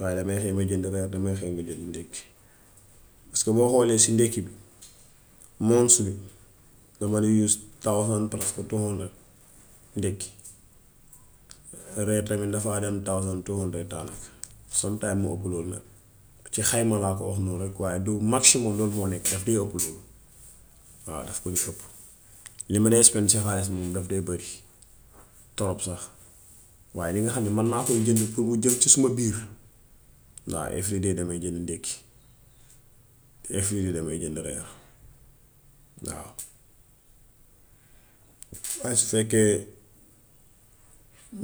Waaye damay xëy ma jënd reer, damay xëy ma jënd ndekki paska boo xoolee si ndekki bi, monthly walla dama de yuse tawuhën palaas ba tu hàndrëd ndekki. Reer tam dafaa dem thousand two hundred daanaka. Sometime mu ëpp loolu nag. Ci xayma laa ko wax noonu rekk waaye du maximom loolu moo nekk rekk. Daf dee ëpp loolu. Waaw daf koy ëpp. Li ma dee expend ci xaalis moom daf dee bëri, torop sax. Waaye li nga xam ne maa koy génne pour mu jëm ci suma biir waaw efiry day dama dee jënd ndekki. Efiry day damay jënd reer waaw. Waaye su fekkee